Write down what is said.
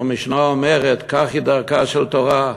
המשנה אומרת: "כך היא דרכה של תורה,